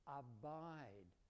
abide